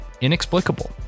inexplicable